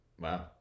Wow